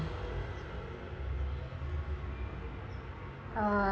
uh